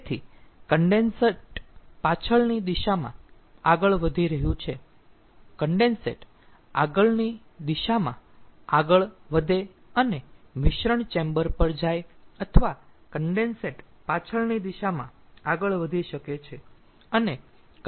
તેથી કન્ડેન્સેટ પાછળની દિશામાં આગળ વધી રહ્યું છે કન્ડેન્સેટ આગળની દિશામાં આગળ વધે અને મિશ્રણ ચેમ્બર પર જાય અથવા કન્ડેન્સેટ પાછળની દિશામાં આગળ વધી શકે છે અનેકન્ડેન્સર પર જઈ શકે છે